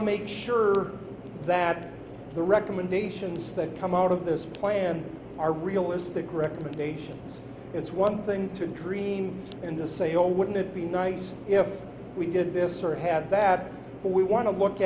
to make sure that the recommendations that come out of this plan are realistic recommendations it's one thing to dream and to say oh wouldn't it be nice if we did this or had bad but we want to look